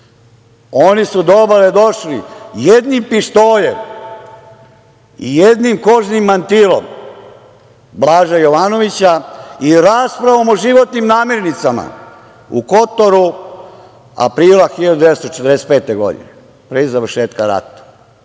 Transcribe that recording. Oni su do obale došli jednim pištoljem i jednim kožnim mantilom Blaža Jovanovića i raspravom o životnim namirnicama u Kotoru, aprila 1945. godine, pre završetka